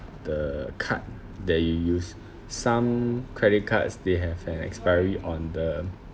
the card that you use some credit cards they have an expiry on the